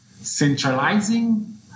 centralizing